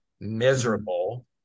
miserable